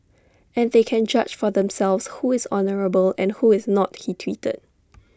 and they can judge for themselves who is honourable and who is not he tweeted